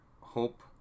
Hope